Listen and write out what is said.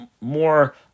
more